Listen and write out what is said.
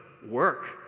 work